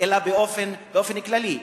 אלא באופן כללי.